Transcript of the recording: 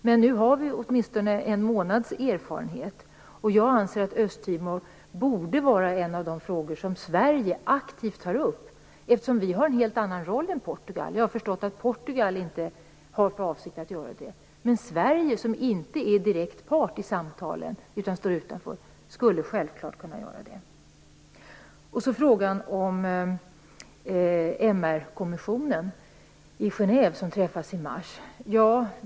Men nu har vi åtminstone en månads erfarenhet. Jag anser att Östtimor borde vara en av de frågor som Sverige aktivt tar upp, eftersom vi har en helt annan roll än Portugal. Jag har förstått att Portugal inte har för avsikt att göra det. Men Sverige, som inte är direkt part i samtalen utan står utanför, skulle självfallet kunna göra det. Så till frågan om MR-kommissionen i Genève som träffas i mars.